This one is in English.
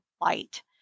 light